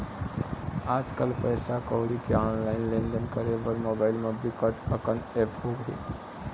आजकल पइसा कउड़ी के ऑनलाईन लेनदेन करे बर मोबाईल म बिकट अकन ऐप होगे हे